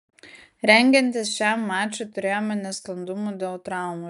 rengiantis šiam mačui turėjome nesklandumų dėl traumų